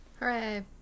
Hooray